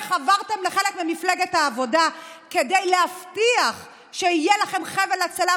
וחברתם לחלק ממפלגת העבודה כדי להבטיח שיהיה לכם חבל הצלה,